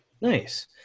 Nice